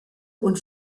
und